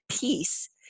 peace